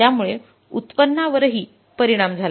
त्यामुळे उत्पन्नावरही परिणाम झाला